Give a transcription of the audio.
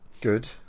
Good